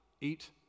eat